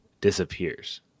disappears